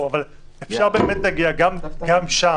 אפשר באמת להגיע גם שם,